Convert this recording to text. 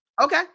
Okay